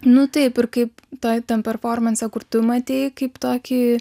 nu taip ir kaip toj tam performanse kur tu matei kaip tokį